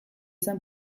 zen